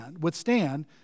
withstand